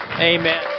Amen